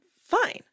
fine